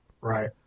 Right